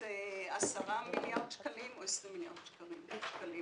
10 מיליארד שקלים או 20 מיליארד שקלים.